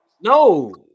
No